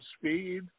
speed